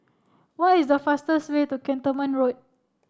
what is the fastest way to Cantonment Road